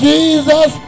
Jesus